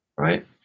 Right